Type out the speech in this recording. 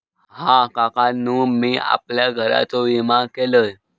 हा, काकानु मी आपल्या घराचो विमा केलंय